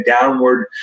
downward